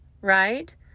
right